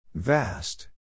Vast